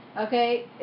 Okay